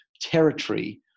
territory